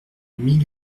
mille